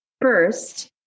First